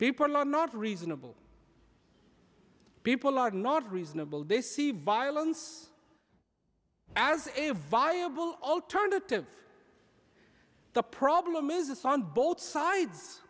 people are not reasonable people are not reasonable they see violence as a viable alternative the problem is the sun both sides